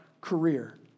career